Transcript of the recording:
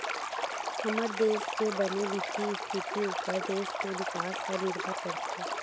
हमर देस के बने बित्तीय इस्थिति उप्पर देस के बिकास ह निरभर करथे